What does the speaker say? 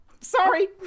sorry